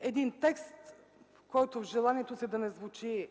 един текст, който в желанието си да не звучи